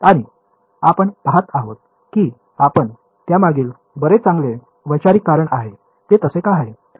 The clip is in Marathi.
आणि आपण पाहत आहोत की आपण त्यामागील बरेच चांगले वैचारिक कारण आहेत ते तसे का आहे